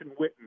Witten